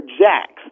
jacks